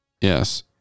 Yes